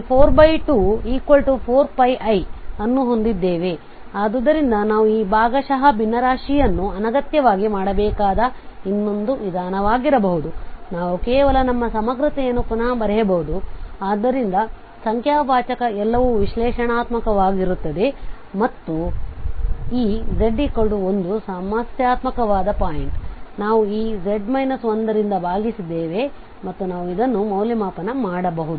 ಇಲ್ಲಿ 2πi424πi ಅನ್ನು ಹೊಂದಿದ್ದೇವೆ ಆದ್ದರಿಂದ ನಾವು ಈ ಭಾಗಶಃ ಭಿನ್ನರಾಶಿಯನ್ನು ಅನಗತ್ಯವಾಗಿ ಮಾಡಬೇಕಾದ ಇನ್ನೊಂದು ವಿಧಾನವಾಗಿರಬಹುದು ನಾವು ಕೇವಲ ನಮ್ಮ ಸಮಗ್ರತೆಯನ್ನು ಪುನಃ ಬರೆಯಬಹುದು ಇದರಿಂದ ಸಂಖ್ಯಾವಾಚಕ ಎಲ್ಲವೂ ವಿಶ್ಲೇಷಣಾತ್ಮಕವಾಗಿರುತ್ತದೆ ಮತ್ತು ಈ z 1 ಸಮಸ್ಯಾತ್ಮಕವಾದ ಪಾಯಿಂಟ್ ಆದ್ದರಿಂದ ನಾವು z 1 ರಿಂದ ಭಾಗಿಸಿದ್ದೇವೆ ಮತ್ತು ನಾವು ಇದನ್ನು ಮೌಲ್ಯಮಾಪನ ಮಾಡಬಹುದು